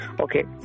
Okay